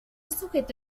sujeto